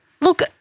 look